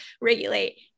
regulate